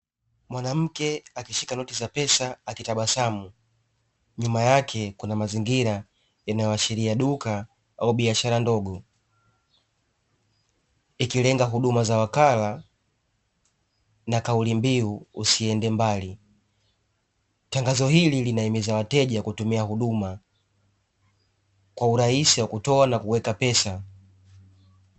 Mwanamke akishika noti za pesa akiatabasamu nyuma kunamazingira yanayoashiria duka au biashara ndogo, ikilenga huduma za wakala na kauli mbiu “usiende mbali,”. Tangazo hili linahimiza wateja kutumia huduma kwa urahisi wa kuweka na kutoa pesa.